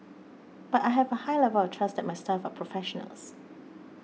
but I have a high level of trust that my staff are professionals